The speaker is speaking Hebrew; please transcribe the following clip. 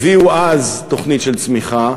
הביאו אז תוכנית של צמיחה